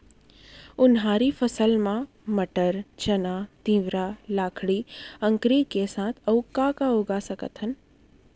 उनहारी फसल मा मटर, चना, तिंवरा, लाखड़ी, अंकरी के साथ अऊ का का उगा सकथन?